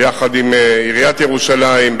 ביחד עם עיריית ירושלים,